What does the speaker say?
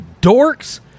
dorks